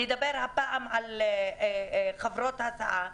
שנדבר הפעם על חברות הסעה,